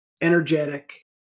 energetic